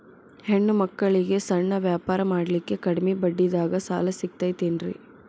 ಹೆಣ್ಣ ಮಕ್ಕಳಿಗೆ ಸಣ್ಣ ವ್ಯಾಪಾರ ಮಾಡ್ಲಿಕ್ಕೆ ಕಡಿಮಿ ಬಡ್ಡಿದಾಗ ಸಾಲ ಸಿಗತೈತೇನ್ರಿ?